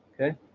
okay